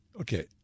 Okay